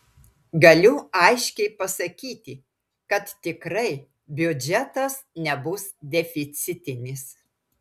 galiu aiškiai pasakyti kad tikrai biudžetas nebus deficitinis